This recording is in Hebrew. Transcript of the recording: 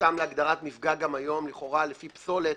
אותם להגדרת "מפגע" גם היום לכאורה, לפי פסולת